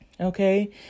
Okay